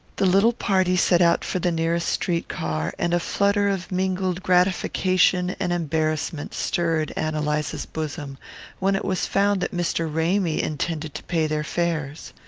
the little party set out for the nearest street-car, and a flutter of mingled gratification and embarrassment stirred ann eliza's bosom when it was found that mr. ramy intended to pay their fares.